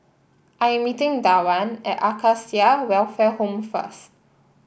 I am meeting Dwan at Acacia Welfare Home first